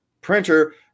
printer